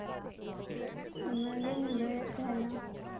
ᱚᱱᱟᱜᱤᱧ ᱞᱟᱹᱭᱮᱫ ᱛᱟᱦᱮᱸᱱᱟ